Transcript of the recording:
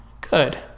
Good